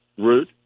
route.